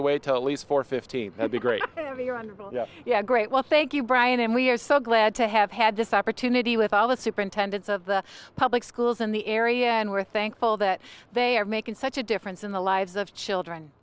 away totally for fifty would be great yeah great well thank you brian and we're so glad to have had this opportunity with all the superintendents of the public schools in the area and we're thankful that they are making such a difference in the lives of children